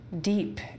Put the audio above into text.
deep